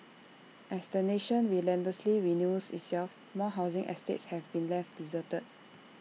as the nation relentlessly renews itself more housing estates have been left deserted